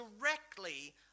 directly